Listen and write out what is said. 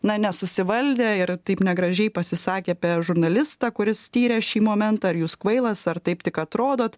na nesusivaldė ir taip negražiai pasisakė apie žurnalistą kuris tyrė šį momentą ar jūs kvailas ar taip tik atrodot